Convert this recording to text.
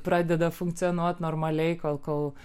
pradeda funkcionuoti normaliai kol kol